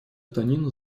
танина